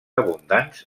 abundants